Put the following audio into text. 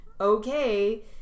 okay